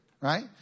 Right